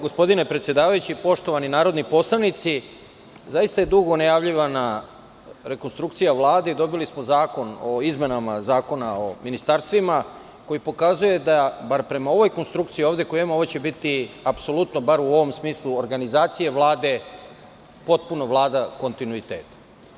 Gospodine predsedavajući, poštovani narodni poslanici, zaista je dugo najavljivana rekonstrukcija Vlade i dobili smo zakon o izmenama Zakona o ministarstvima koji pokazuje da, bar prema ovoj konstrukciji ovde koju ja imam, ovo će biti apsolutno, bar u ovom smislu organizacije Vlade, potpuno Vlada kontinuiteta.